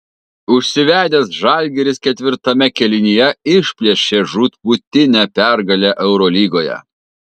užsivedęs žalgiris ketvirtame kėlinyje išplėšė žūtbūtinę pergalę eurolygoje